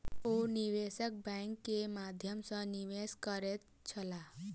ओ निवेशक बैंक के माध्यम सॅ निवेश करैत छलाह